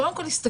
קודם כל הסתכל,